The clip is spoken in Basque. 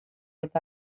eta